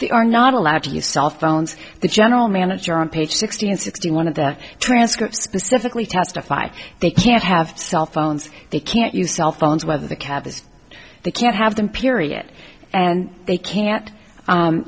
they are not allowed to use cell phones the general manager on page sixteen sixty one of the transcript specifically testified they can't have cell phones they can't use cell phones whether the cab is the can't have them period and they can't